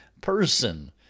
person